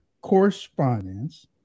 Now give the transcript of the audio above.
correspondence